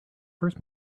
first